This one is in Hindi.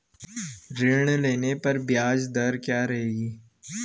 ऋण लेने पर ब्याज दर क्या रहेगी?